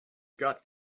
got